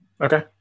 Okay